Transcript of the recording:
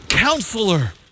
Counselor